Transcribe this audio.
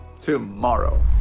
tomorrow